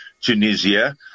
Tunisia